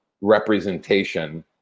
representation